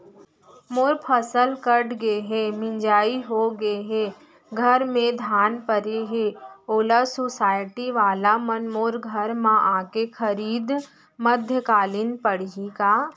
मोर फसल कट गे हे, मिंजाई हो गे हे, घर में धान परे हे, ओला सुसायटी वाला मन मोर घर म आके खरीद मध्यकालीन पड़ही का?